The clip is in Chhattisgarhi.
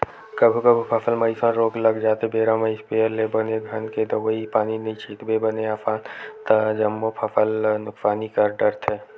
कभू कभू फसल म अइसन रोग लग जाथे बेरा म इस्पेयर ले बने घन के दवई पानी नइ छितबे बने असन ता जम्मो फसल ल नुकसानी कर डरथे